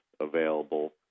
available